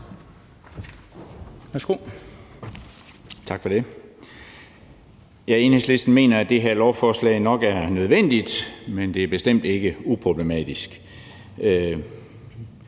Tak for det. Enhedslisten mener, at det her lovforslag nok er nødvendigt, men at det bestemt ikke er uproblematisk.